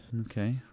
okay